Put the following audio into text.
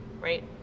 right